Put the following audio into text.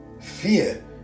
fear